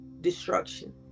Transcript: destruction